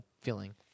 feeling